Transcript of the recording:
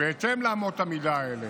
בהתאם לאמות המידה האלה,